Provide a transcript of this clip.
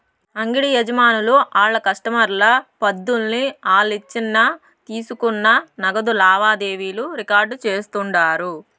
అంగిడి యజమానులు ఆళ్ల కస్టమర్ల పద్దుల్ని ఆలిచ్చిన తీసుకున్న నగదు లావాదేవీలు రికార్డు చేస్తుండారు